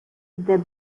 the